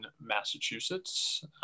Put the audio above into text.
Massachusetts